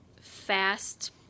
fast